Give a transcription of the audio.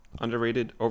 Underrated